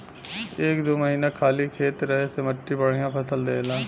एक दू महीना खाली खेत रहे से मट्टी बढ़िया फसल देला